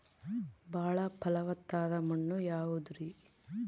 ಬಾಳ ಫಲವತ್ತಾದ ಮಣ್ಣು ಯಾವುದರಿ?